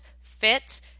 fit